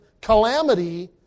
calamity